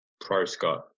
pro-Scott